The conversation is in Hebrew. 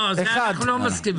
לא, זה אנחנו לא מסכימים.